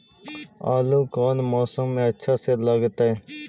आलू कौन मौसम में अच्छा से लगतैई?